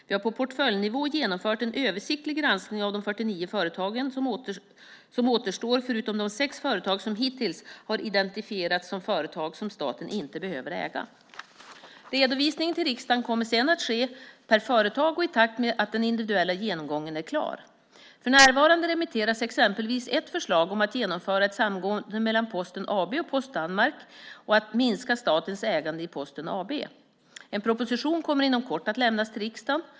Vi har på portföljnivå genomfört en översiktlig granskning av de 49 företag som återstår förutom de sex företag som hittills har identifierats som företag som staten inte behöver äga. Redovisningen till riksdagen kommer sedan att ske per företag och i takt med att den individuella genomgången är klar. För närvarande remitteras exempelvis ett förslag om att genomföra ett samgående mellan Posten AB och Post Danmark A/S och att minska statens ägande i Posten AB. En proposition kommer inom kort att lämnas till riksdagen.